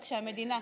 וכשהמדינה,